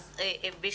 כמו שציינת,